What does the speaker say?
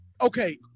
okay